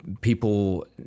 people